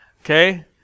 Okay